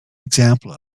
example